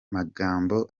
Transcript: magambo